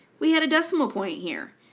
we add a decimal point here.